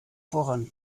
voran